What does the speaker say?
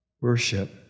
worship